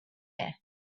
air